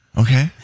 Okay